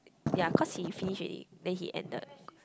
ya cause he finish already then he ended